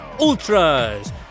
Ultras